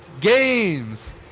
games